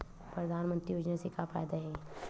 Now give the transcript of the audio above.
परधानमंतरी योजना से का फ़ायदा हे?